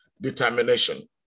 determination